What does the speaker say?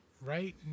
right